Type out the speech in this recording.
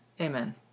Amen